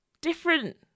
different